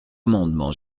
amendement